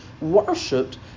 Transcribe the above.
worshipped